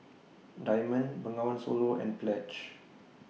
Diamond Bengawan Solo and Pledge